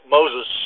Moses